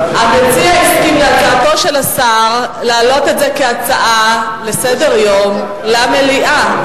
המציע הסכים להצעתו של השר להעלות את זה כהצעה לסדר-היום במליאה,